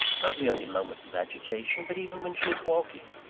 not merely in moments of agitation, but even when she is walking,